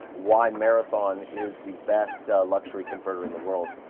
why marathon is the best luxury converter in the world.